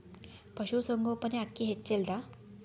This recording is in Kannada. ಪಶುಸಂಗೋಪನೆ ಅಕ್ಕಿ ಹೆಚ್ಚೆಲದಾ?